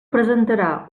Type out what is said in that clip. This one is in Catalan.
presentarà